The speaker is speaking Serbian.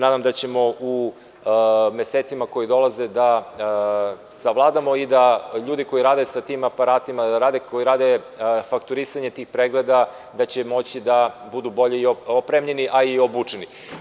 Nadam se da ćemo u mesecima koji dolaze da savladamo i da će ljudi koji rade sa tim aparatima, koji rade faktorisanje tih pregleda moći da budu bolje opremljeni, a i obučeni.